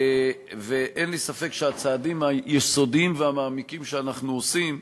ואין לי ספק שהצעדים היסודיים והמעמיקים שאנחנו עושים,